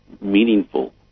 meaningful